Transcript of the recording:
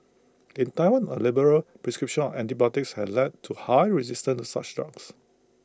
in Taiwan A liberal prescription of antibiotics has led to high resistance to such drugs